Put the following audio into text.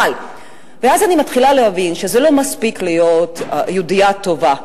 ואז אני מתחילה להבין שזה לא מספיק להיות יהודייה טובה.